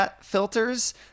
filters